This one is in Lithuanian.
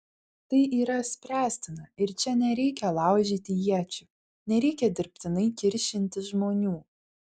tai yra spręstina ir čia nereikia laužyti iečių nereikia dirbtinai kiršinti žmonių